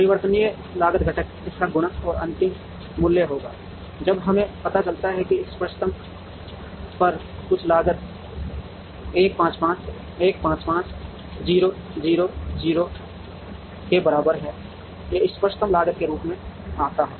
परिवर्तनीय लागत घटक इनका गुणन और अंतिम मूल्य होगा जब हमें पता चलता है कि इष्टतम पर कुल लागत 1 5 5 1 5 5 0 0 0 के बराबर है यह इष्टतम लागत के रूप में आता है